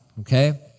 okay